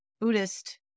Buddhist